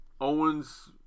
Owens